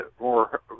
more